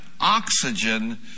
oxygen